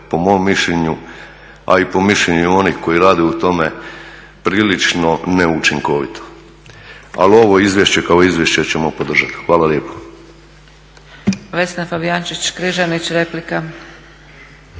po mom mišljenju, a i po mišljenju onih koji rade u tome prilično neučinkovito. Ali ovo izvješće kao izvješće ćemo podržati. Hvala lijepo. **Zgrebec, Dragica